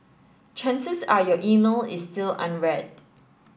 chances are your email is still unread